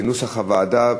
כנוסח הוועדה,